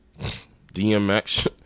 DMX